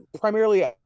primarily